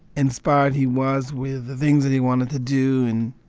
inspired he was with the things that he wanted to do. and,